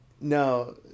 no